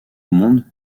monde